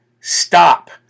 stop